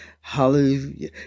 hallelujah